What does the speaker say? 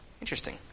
Interesting